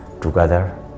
together